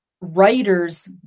writers